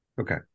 Okay